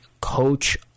Coach